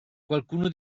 qualcuno